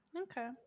okay